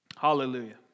Hallelujah